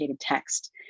text